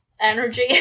energy